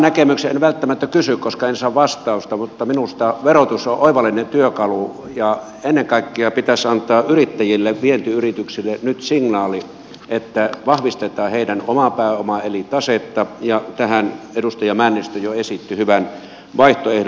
en välttämättä kysy koska en saa vastausta mutta minusta verotus on oivallinen työkalu ja ennen kaikkea pitäisi antaa yrittäjille vientiyrityksille nyt signaali että vahvistetaan heidän omaa pääomaansa eli tasetta ja tähän edustaja männistö jo esitti hyvän vaihtoehdon